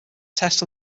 test